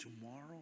tomorrow